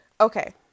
Okay